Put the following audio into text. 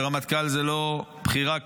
ורמטכ"ל זה לא בחירה צדדית,